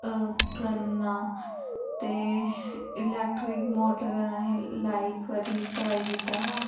ओह् करना ते इलेक्ट्रिक मोटर अहें लाई इक बारी ट्राई कीता हा